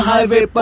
Highway